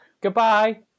Goodbye